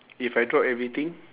if I drop everything